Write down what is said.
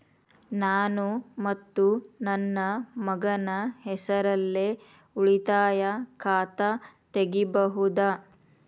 ನಾನು ಮತ್ತು ನನ್ನ ಮಗನ ಹೆಸರಲ್ಲೇ ಉಳಿತಾಯ ಖಾತ ತೆಗಿಬಹುದ?